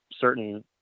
certain